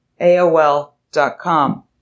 AOL.com